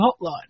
hotline